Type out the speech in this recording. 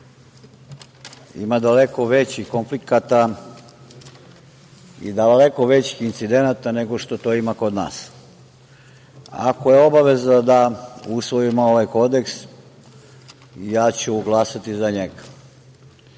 ima daleko veći konflikata i daleko većih incidenata nego što to ima kod nas. Ako je obaveza da usvojimo ovaj kodeks, ja ću glasati za njega. Prvo